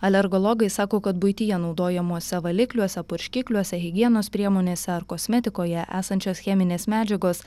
alergologai sako kad buityje naudojamuose valikliuose purškikliuose higienos priemonėse ar kosmetikoje esančios cheminės medžiagos